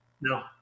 No